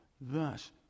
Thus